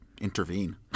intervene